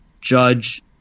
Judge